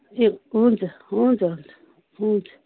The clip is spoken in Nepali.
ए हुन्छ हुन्छ हुन्छ हुन्छ